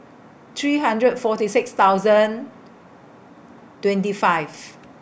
three hundred forty six thousand twenty five